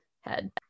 head